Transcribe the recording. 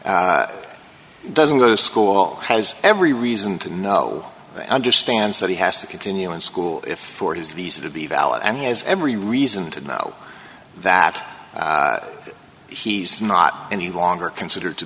doesn't go to school has every reason to know understands that he has to continue in school for his visa to be valid and he has every reason to know that he's not any longer considered to